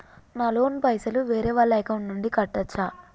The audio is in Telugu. నా లోన్ పైసలు వేరే వాళ్ల అకౌంట్ నుండి కట్టచ్చా?